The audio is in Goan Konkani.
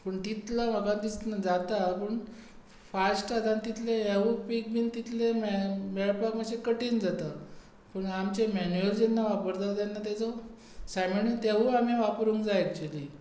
पूण तितलो म्हाका दिसना जाता पूण फास्ट जाता आनी तितलें हेवूय पीक बीन तितलें मेळ मेळपाक मातशें कठीण जाता पूण आमचें मॅन्युअल जेन्ना वापरता तेन्ना ताजो सायमण तेवूय आमी वापरूंक जाय एक्चुअली